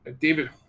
david